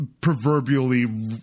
proverbially